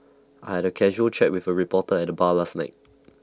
I had A casual chat with A reporter at the bar last night